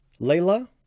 Layla